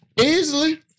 Easily